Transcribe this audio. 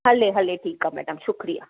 हले हले ठीकु आहे मैडम शुक्रिया